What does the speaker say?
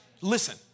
Listen